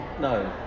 No